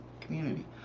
community